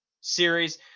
series